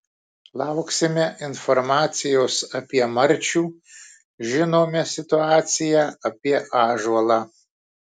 lauksime informacijos apie marčių žinome situaciją apie ąžuolą